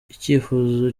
icyifuzo